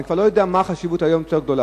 אני כבר לא יודע מה החשיבות הגדולה יותר,